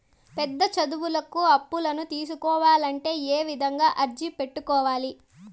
పెద్ద చదువులకు అప్పులను తీసుకోవాలంటే ఏ విధంగా అర్జీ పెట్టుకోవాలి?